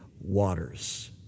waters